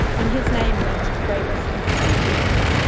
and his name means grey breasted sea eagle.